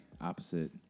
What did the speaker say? opposite